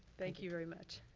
thank you very much.